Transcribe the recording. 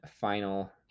final